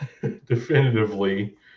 definitively